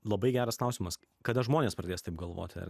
labai geras klausimas kada žmonės pradės taip galvoti ar